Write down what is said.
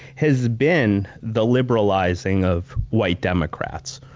has been the liberalizing of white democrats,